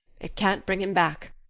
it can't bring him back.